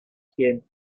skin